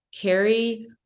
carry